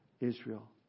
Israel